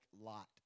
Lot